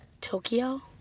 Tokyo